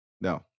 No